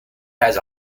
has